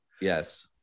Yes